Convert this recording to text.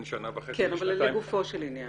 כן, אבל לגופו של עניין.